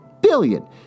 billion